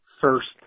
first